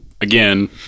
Again